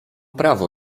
prawo